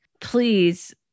please